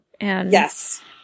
Yes